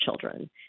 children